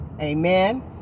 Amen